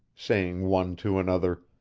saying one to another